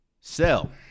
Sell